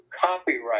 copyright